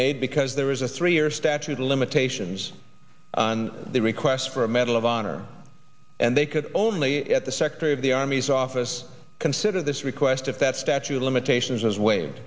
made because there is a three year statute of limitations on the request for a medal of honor and they could only get the secretary of the army's office consider this request if that statue of limitations has w